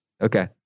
okay